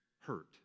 Hurt